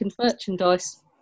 merchandise